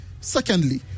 Secondly